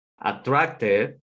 attracted